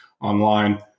online